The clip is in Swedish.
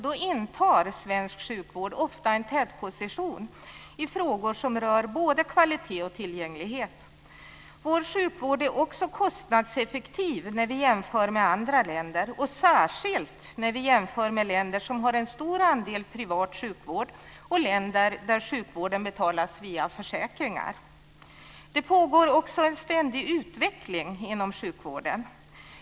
Då intar svensk sjukvård ofta en tätposition i frågor som rör både kvalitet och tillgänglighet. Vår sjukvård är också kostnadseffektiv när vi jämför med andra länder. Det gäller särskilt när vi jämför med länder som har en stor andel privat sjukvård och länder där sjukvården betalas via försäkringar. Det pågår en ständig utveckling inom sjukvården.